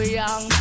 young